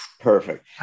perfect